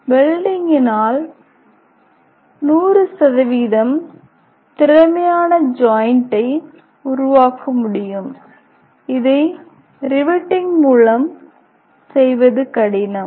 வெல்டிங்கினால் 100 திறமையான ஜாயிண்ட்டை உருவாக்க முடியும் இதை ரிவெட்டிங் மூலம் செய்வது கடினம்